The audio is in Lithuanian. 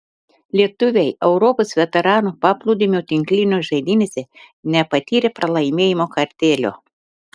lietuviai europos veteranų paplūdimio tinklinio žaidynėse nepatyrė pralaimėjimo kartėlio